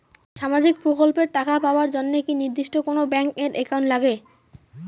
সামাজিক প্রকল্পের টাকা পাবার জন্যে কি নির্দিষ্ট কোনো ব্যাংক এর একাউন্ট লাগে?